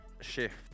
shift